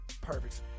perfect